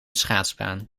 schaatsbaan